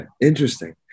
interesting